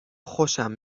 خوشم